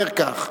אומר כך: